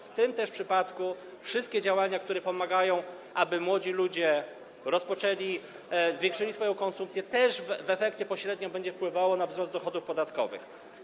W tym też przypadku wszystkie działania, które pomagają w tym, aby młodzi ludzie zwiększyli swoją konsumpcję, też w efekcie pośrednio będą wpływały na wzrost dochodów podatkowych.